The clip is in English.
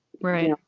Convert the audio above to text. right